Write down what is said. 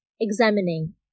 examining